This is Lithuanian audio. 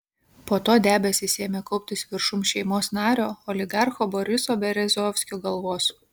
po to debesys ėmė kauptis viršum šeimos nario oligarcho boriso berezovskio galvos